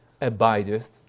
abideth